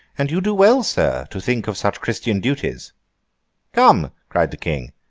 and you do well, sir, to think of such christian duties come! cried the king,